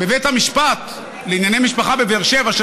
בבית המשפט לענייני משפחה בבאר שבע,